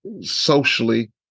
socially